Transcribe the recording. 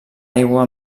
aigua